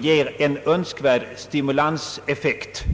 ger en önskvärd stimulanseffekt.